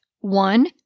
One